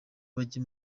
bajye